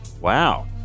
wow